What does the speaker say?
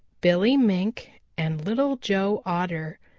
billy mink and little joe otter.